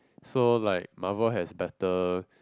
so like Marvel has better